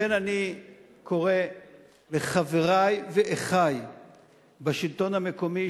לכן אני קורא לחברי ואחי בשלטון המקומי,